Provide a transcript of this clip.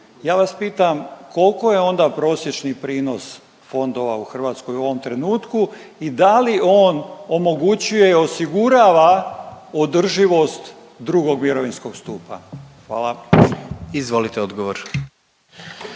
Ja vas pitam kolko je onda prosječni prinos fondova u Hrvatskoj u ovom trenutku i da li on omogućuje i osigurava održivost II. mirovinskog stupa? Hvala. **Jandroković,